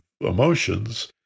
emotions